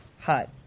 Hot